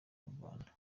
murwanda